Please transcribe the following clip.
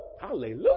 hallelujah